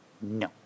No